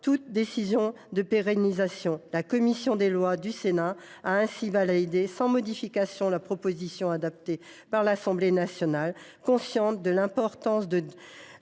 toute décision de pérennisation. La commission des lois du Sénat a ainsi validé sans modification la proposition de loi adoptée par l’Assemblée nationale, car elle est consciente de l’importance de